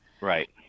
Right